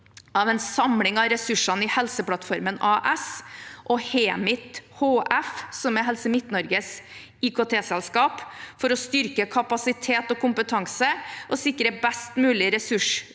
av en samling av ressursene i Helseplattformen AS og Hemit HF, som er Helse Midt-Norges IKT-selskap, for å styrke kapasitet og kompetanse og sikre best mulig ressursutnyttelse